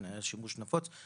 היה שימוש נפוץ,